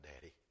daddy